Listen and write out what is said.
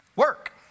work